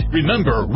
Remember